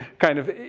kind of.